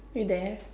you there